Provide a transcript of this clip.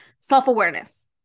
self-awareness